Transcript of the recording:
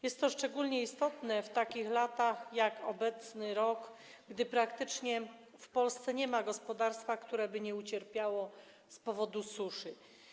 Jest to szczególnie istotne w takich latach jak obecny rok, gdy praktycznie w Polsce nie ma gospodarstwa, które by nie ucierpiało z powodu suszy.